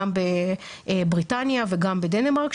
גם בבריטניה וגם בדנמרק,